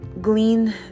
glean